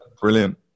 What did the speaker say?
brilliant